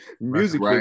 Music